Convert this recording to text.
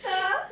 put plaster